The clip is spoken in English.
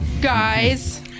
guys